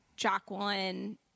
Jacqueline